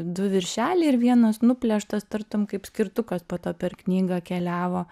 du viršeliai ir vienas nuplėštas tartum kaip skirtukas po to per knygą keliavo